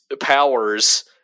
powers